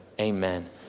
amen